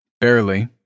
Barely